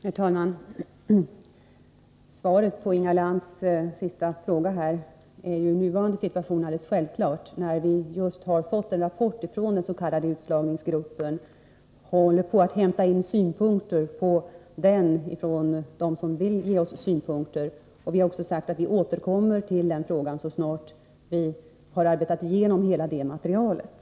Herr talman! Svaret på Inga Lantz sista fråga är i nuvarande situation alldeles självklart. Vi har just fått en rapport från den s.k. utslagningsgruppen, och vi håller på att inhämta synpunkter. Vi har sagt att vi återkommer till frågan så snart vi har arbetat igenom hela materialet.